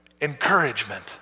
Encouragement